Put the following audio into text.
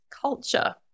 culture